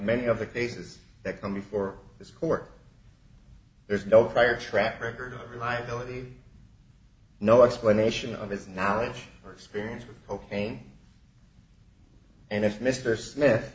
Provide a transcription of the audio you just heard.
many of the cases that come before this court there's no prior track record reliability no explanation of his knowledge or experience with propane and if mr smith